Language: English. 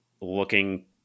looking